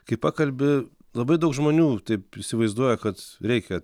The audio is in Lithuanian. kai pakalbi labai daug žmonių taip įsivaizduoja kad reikia